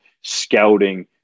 scouting